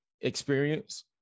experience